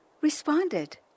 responded